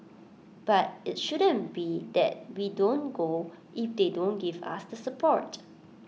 but IT shouldn't be that we don't go if they don't give us the support